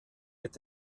mit